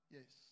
Yes